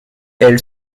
elle